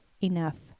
enough